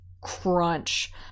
crunch